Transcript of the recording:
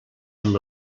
amb